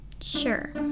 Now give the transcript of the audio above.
sure